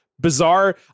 bizarre